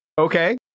Okay